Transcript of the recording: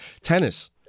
tennis